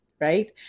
right